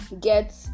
get